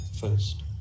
First